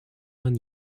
man